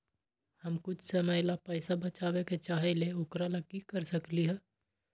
हम कुछ समय ला पैसा बचाबे के चाहईले ओकरा ला की कर सकली ह?